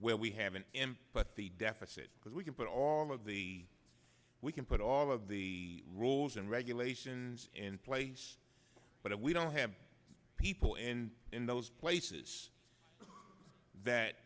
where we haven't him but the deficit because we can put all of the we can put all of the rules and regulations in place but if we don't have people in in those places that